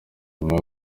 nyuma